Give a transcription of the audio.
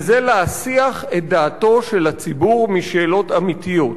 וזה להסיח את דעתו של הציבור משאלות אמיתיות